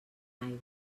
aigua